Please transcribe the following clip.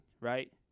right